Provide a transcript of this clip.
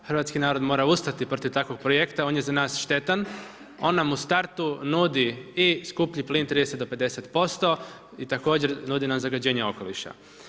Hrvatski narod mora ustati protiv takvog projekta, on je za nas štetan, on nam u startu nudi i skuplji plin 30-50% i također nudi nam zagađenje okoliša.